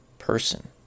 person